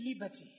liberty